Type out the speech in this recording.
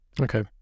Okay